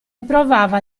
provava